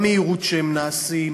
המהירות שבה הם נעשים,